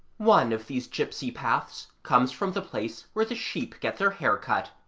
one of these gypsy paths comes from the place where the sheep get their hair cut.